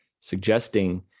suggesting